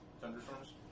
thunderstorms